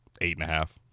eight-and-a-half